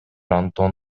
антон